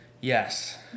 Yes